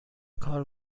کار